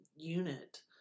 unit